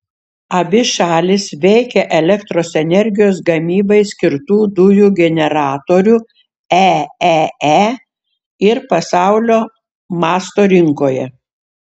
abi šalys veikia elektros energijos gamybai skirtų dujų generatorių eee ir pasaulio masto rinkoje